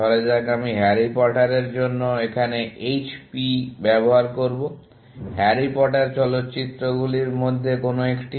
ধরা যাক আমি হ্যারি পটারের জন্য এখানে HP ব্যবহার করব হ্যারি পটার চলচ্চিত্রগুলির মধ্যে কোনো একটি